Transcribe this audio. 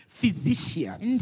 physicians